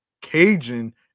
cajun